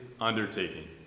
undertaking